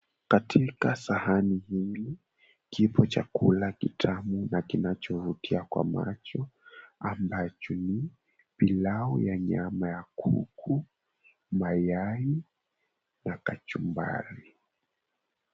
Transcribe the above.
Katika sahani hili kipo chakula kitamu na kinachovutia kwa macho ambacho ni pilau ya nyama ya kuku, mayai na kachumbari.